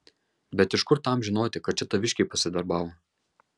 bet iš kur tam žinoti kad čia taviškiai pasidarbavo